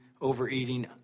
overeating